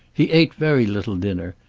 he ate very little dinner,